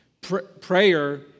Prayer